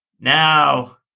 Now